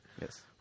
yes